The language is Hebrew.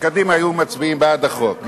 בקדימה היו מצביעים בעד החוק.